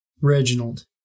Reginald